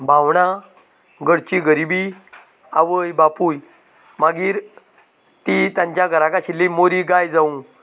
भावंडा घरची गरिबी आवय बापूय मागीर ती तांच्या घरांत आशिल्ली मोरी गाय जावं